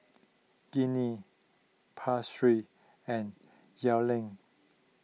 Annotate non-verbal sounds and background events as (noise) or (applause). Gianni (unintelligible) and (unintelligible)